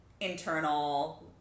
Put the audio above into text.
internal